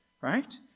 right